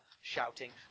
shouting